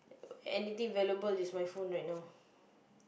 anything valuable is my phone right now